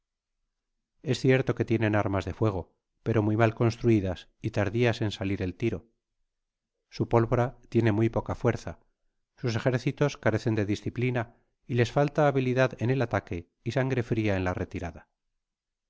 es cierto que tienen armas de fuego pero muy mal construidas y tardias en salir el tiro su pólvora tiene muy poca fuerza sus ejercitos carecen de disciplina y les falta habilidad en el ataque y sangre fria en la retirada